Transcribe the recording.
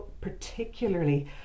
particularly